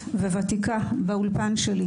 וזה היה התאריך של הבגרות בלשון.